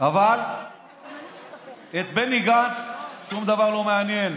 אבל את בני גנץ שום דבר לא מעניין.